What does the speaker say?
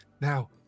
now